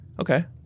Okay